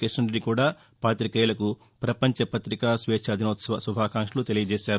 కిషన్ రెద్ది కూడా జర్నలిస్టులకు ప్రపంచ పత్రికా స్వేచ్చా దినోత్సవ శుభాకాంక్షలు తెలిపారు